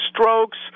strokes